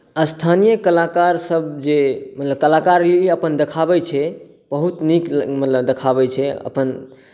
स्थानीय कलाकार सभ जे मतलब कलाकारी अपन देखाबै छै बहुत नीक देखाबै छै अपन